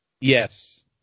Yes